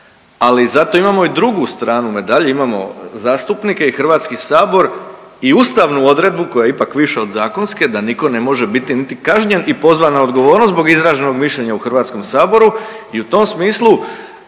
Ali zato imamo i drugu stranu medalje, imamo zastupnike i HS i ustavnu odredbu koja je ipak više od zakonske, da niko ne može biti niti kažnjen i pozvan na odgovornost zbog izraženog mišljenja u HS-u. I u tom smislu